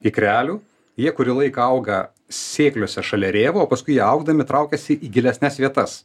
ikrelių jie kurį laiką auga sėkliuose šalia rėvų o paskui jie augdami traukiasi į gilesnes vietas